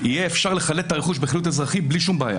אפשר יהיה לחלט את הרכוש בחילוט אזרחי בלי שום בעיה.